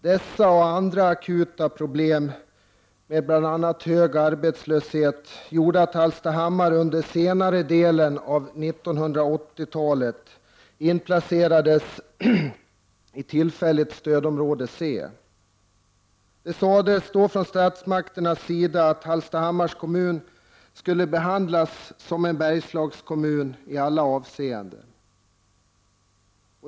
Dessa och andra akuta problem med bl.a. hög arbetslöshet ledde till att Hallstahammar under senare delen av 1980-talet tillfälligt inplacerades i stödområde C. Det sades då från statsmakternas sida att Hallstahammars kommun skulle behandlas som en Bergslagskommun i alla avseenden.